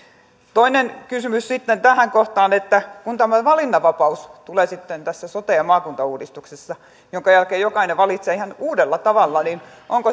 toinen kysymys sitten tähän kohtaan kun tämä valinnanvapaus tulee sitten tässä sote ja maakuntauudistuksessa jonka jälkeen jokainen valitsee ihan uudella tavalla onko